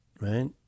Right